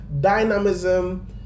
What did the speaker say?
Dynamism